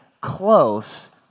close